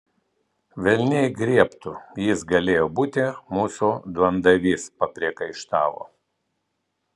velniai griebtų jis galėjo būti mūsų duondavys papriekaištavo